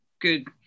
good